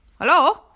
Hello